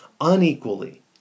unequally